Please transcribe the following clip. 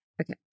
Okay